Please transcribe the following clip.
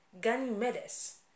Ganymedes